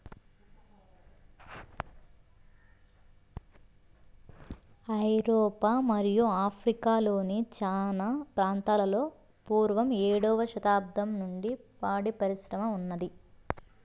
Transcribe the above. ఐరోపా మరియు ఆఫ్రికా లోని చానా ప్రాంతాలలో పూర్వం ఏడవ శతాబ్దం నుండే పాడి పరిశ్రమ ఉన్నాది